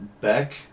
Beck